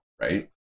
Right